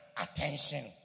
attention